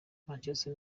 manchester